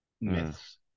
myths